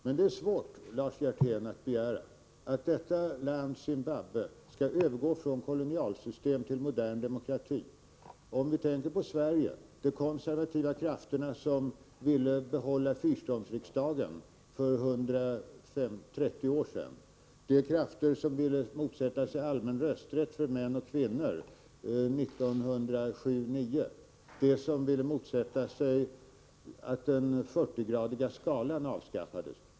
Men det är svårt, Lars Hjertén, att begära att Zimbabwe på en gång skall övergå från kolonialsystem till modern demokrati, Låt oss tänka på Sverige. De konservativa krafterna ville behålla fyrståndsriksdagen för 130 år sedan. Det fanns krafter som motsatte sig införandet av allmän rösträtt för män 1907 och det fanns de som ungefär tio år senare motsatte sig att den 40-gradiga skalan avskaffades.